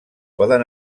poden